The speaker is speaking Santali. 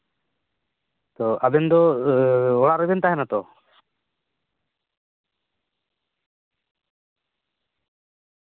ᱛᱚ ᱟᱵᱮᱱ ᱫᱚ ᱚᱲᱟᱜ ᱨᱮᱜᱮᱵᱮᱱ ᱛᱟᱦᱮᱱᱟ ᱛᱚ